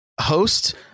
host